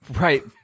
Right